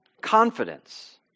confidence